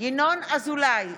ינון אזולאי,